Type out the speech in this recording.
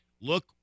Look